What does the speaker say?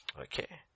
Okay